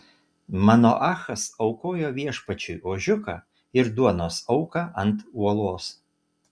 manoachas aukojo viešpačiui ožiuką ir duonos auką ant uolos